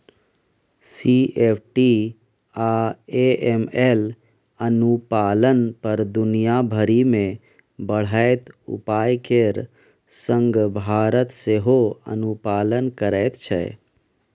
CFT आ AML अनुपालन पर दुनिया भरि मे बढ़ैत उपाय केर संग भारत सेहो अनुपालन करैत छै